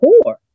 poor